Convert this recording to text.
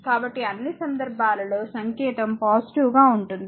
కాబట్టి అన్నీ సందర్భాలలో సంకేతం పాజిటివ్ గా ఉంటుంది